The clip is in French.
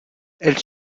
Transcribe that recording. elle